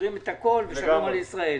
סוגרים את הכול ושלום על ישראל.